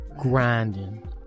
grinding